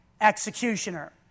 executioner